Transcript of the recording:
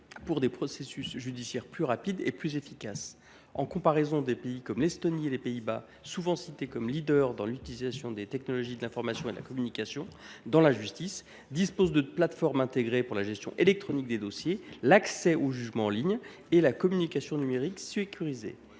des processus judiciaires. En guise de comparaison, des pays comme l’Estonie ou les Pays Bas, qui sont souvent cités comme étant des leaders dans l’utilisation des technologies de l’information et de la communication dans la justice, disposent de plateformes intégrées pour la gestion électronique des dossiers, l’accès aux jugements en ligne et la communication numérique sécurisée.